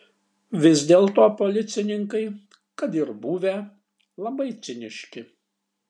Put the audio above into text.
vis dėlto policininkai kad ir buvę labai ciniški